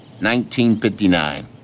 1959